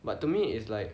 but to me is like